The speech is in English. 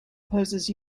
poses